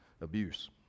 abuse